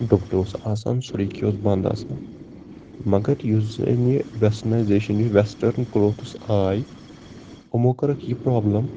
ڈُپٹہٕ اوس آسان سورُے کیٚنہہ اوس بَنٛد آسان مگر یُس زَنہٕ یہِ وٮ۪سٹٔرنایزیشَن یہِ وٮ۪سٹٲرٕن کٕلوتھٕس آے یِمَو کٔرٕکھ یہِ پرٛابلٕم